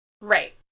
Right